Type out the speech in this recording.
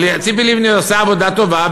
ציפי לבני עושה עבודה טובה,